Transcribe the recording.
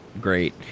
great